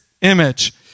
image